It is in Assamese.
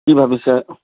কি ভাবিছে